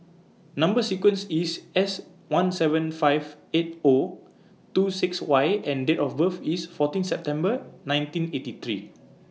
Number sequence IS S one seven five eight O two six Y and Date of birth IS fourteen September nineteen eighty three